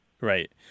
right